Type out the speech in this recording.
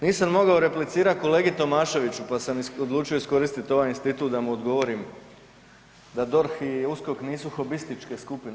Nisam mogao replicirati kolegi Tomaševiću pa sam odlučio iskoristiti ovaj institut da mu odgovorim da DORH i USKOK nisu hobističke skupine.